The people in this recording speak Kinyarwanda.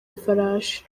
ifarashi